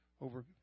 over